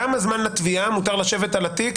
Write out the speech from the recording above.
כמה זמן מותר לתביעה לשבת על התיק,